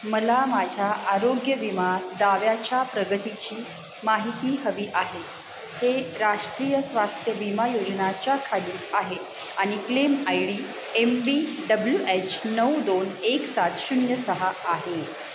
मला माझ्या आरोग्य विमा दाव्याच्या प्रगतीची माहिती हवी आहे हे राष्ट्रीय स्वास्थ्य विमा योजनाच्या खाली आहे आणि claim I D M P W H नऊ दोन एक सात शून्य सहा आहे